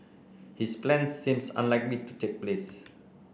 his plans seem unlikely to take place